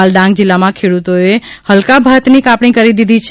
હાલ ડાંગ જિલ્લામાં ખેડૂતોએ હલકા ભાતની કાપણી કરી દીધી છે